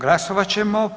Glasovat ćemo.